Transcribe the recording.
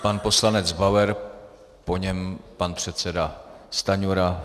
Pan poslanec Bauer, po něm pan předseda Stanjura.